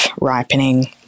ripening